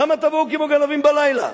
למה תבואו כמו גנבים בלילה?